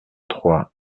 trois